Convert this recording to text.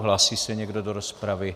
Hlásí se někdo do rozpravy?